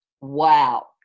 Wow